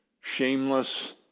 shameless